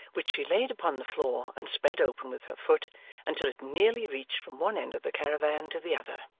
which she laid upon the floor and spread open with her foot until it nearly reached from one end of the caravan to the other.